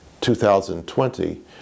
2020